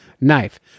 knife